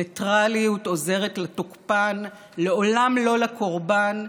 ניטרליות עוזרת לתוקפן, לעולם לא לקורבן.